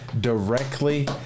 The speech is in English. Directly